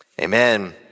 amen